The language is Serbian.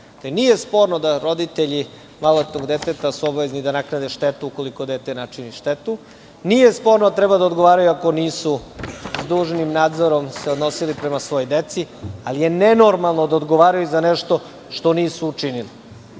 Nije sporno da su roditelji maloletnog deteta obavezni na naknade štetu, ukoliko dete načini štetu. Nije sporno da treba da odgovaraju ako se nisu s dužnim nadzorom odnosili prema svojoj deci, ali je nenormalno da odgovaraju za nešto što nisu učinili. Molim